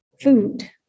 food